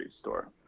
store